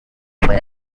fue